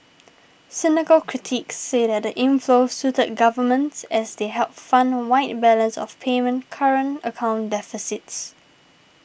cynical critics say that the inflows suited governments as they helped fund wide balance of payment current account deficits